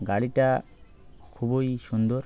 গাড়িটা খুবই সুন্দর